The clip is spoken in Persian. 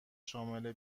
شامل